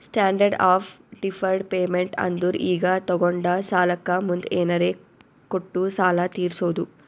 standard of deferred payment ಅಂದುರ್ ಈಗ ತೊಗೊಂಡ ಸಾಲಕ್ಕ ಮುಂದ್ ಏನರೇ ಕೊಟ್ಟು ಸಾಲ ತೀರ್ಸೋದು